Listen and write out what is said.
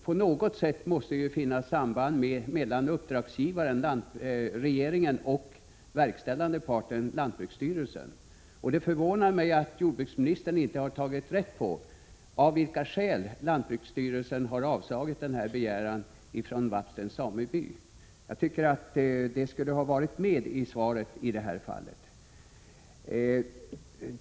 På något sätt måste det finnas ett samband mellan uppdragsgivaren, regeringen, och den verkställande parten, lantbruksstyrelsen. Det förvånar mig att jordbruksministern inte har tagit rätt på av vilka skäl lantbruksstyrelsen har avslagit begäran från Vapstens sameby. Jag tycker att det borde ha varit med i svaret i det här fallet.